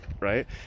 right